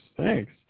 thanks